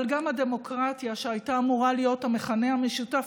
אבל גם הדמוקרטיה שהייתה אמורה להיות המכנה המשותף,